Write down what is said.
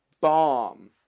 bomb